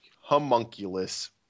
homunculus